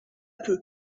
peu